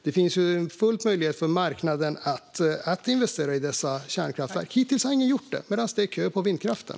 Det är fullt möjligt för marknaden att investera i dessa kärnkraftverk. Hittills har ingen gjort det, medan det är kö för vindkraften.